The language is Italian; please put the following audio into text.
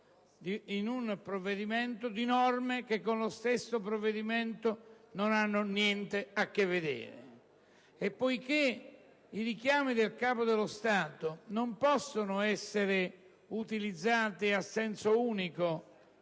in un provvedimento di norme che con lo stesso provvedimento non hanno niente a che vedere. E poiché i richiami del Capo dello Stato non possono essere utilizzati a senso unico,